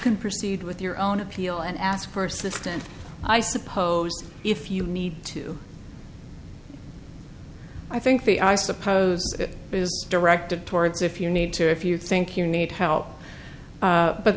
can proceed with your own appeal and ask for assistance i suppose if you need to i think the i suppose it is directed towards if you need to if you think you need help